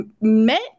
met